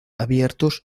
abiertos